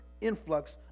influx